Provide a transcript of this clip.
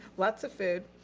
lots of food.